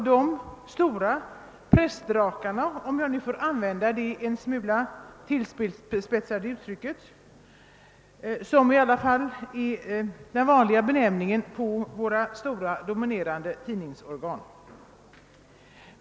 de stora »pressdrakarna» — om jag nu får använda detta en smula tillspetsade uttryck, som i alla fall är en vanlig benämning på våra dominerande tidningsorgan.